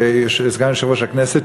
סגן יושב-ראש הכנסת,